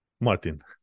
Martin